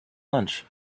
lunch